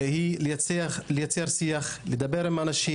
היא לייצר שיח, לדבר עם האנשים.